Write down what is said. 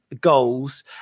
goals